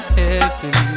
heaven